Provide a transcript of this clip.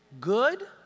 Good